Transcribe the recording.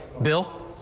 bill,